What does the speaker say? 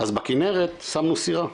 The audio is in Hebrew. אז בכנרת שמנו סירה,